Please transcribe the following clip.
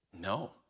No